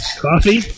coffee